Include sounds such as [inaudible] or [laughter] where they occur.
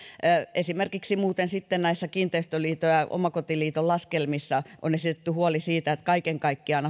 esimerkiksi kiinteistöliiton ja ja omakotiliiton laskelmissa on muuten esitetty huoli siitä että kaiken kaikkiaan [unintelligible]